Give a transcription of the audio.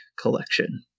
collection